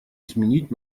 изменить